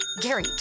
Gary